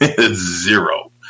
Zero